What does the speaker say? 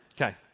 Okay